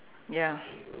ya